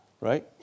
right